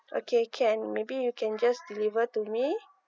okay can maybe you can just deliver to me